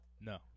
No